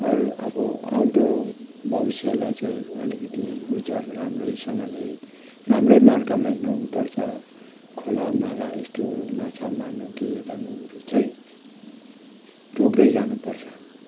अरू अब आउँदो भविष्यलाई चाहिँ अलिकति उज्यालो राम्रैसँगले राम्रै मार्गमा हिँडाउनु पर्छ खोला नाला यस्तो माछा मार्नु के गर्नुहरू चाहिँ रोक्दै जानु पर्छ